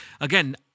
again